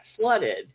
flooded